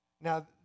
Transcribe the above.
Now